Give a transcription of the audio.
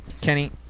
Kenny